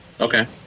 Okay